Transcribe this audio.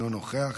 אינו נוכח,